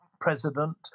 president